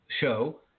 Show